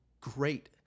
great